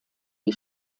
die